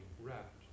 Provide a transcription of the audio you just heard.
wrapped